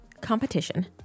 competition